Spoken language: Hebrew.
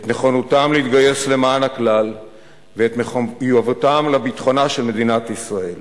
את נכונותם להתגייס למען הכלל ואת מחויבותם לביטחונה של מדינת ישראל.